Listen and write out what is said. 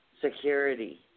security